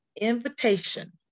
invitation